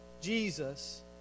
Jesus